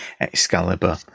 Excalibur